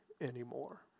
anymore